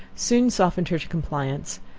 soon softened her to compliance,